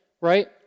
right